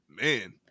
Man